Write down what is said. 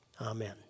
Amen